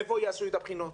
איפה יעשו את הבחינות?